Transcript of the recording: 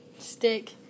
stick